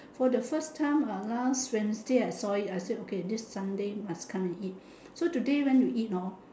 for the first time uh last wednesday I saw it I said okay this Sunday must come and eat so today went to eat hor